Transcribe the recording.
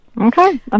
Okay